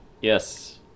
Yes